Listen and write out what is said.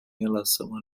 relação